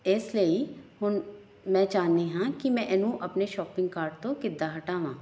ਇਸ ਲਈ ਹੁਣ ਮੈਂ ਚਾਹੁੰਦੀ ਹਾਂ ਕਿ ਮੈਂ ਇਹਨੂੰ ਆਪਣੇ ਸ਼ੋਪਿੰਗ ਕਾਰਡ ਤੋਂ ਕਿੱਦਾਂ ਹਟਾਵਾਂ